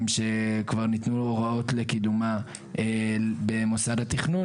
שכבר ניתנו הוראות לקידומה במוסד התכנון,